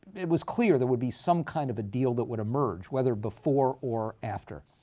it was clear there would be some kind of a deal that would emerge, whether before or after.